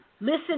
Listen